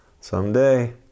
Someday